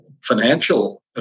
financial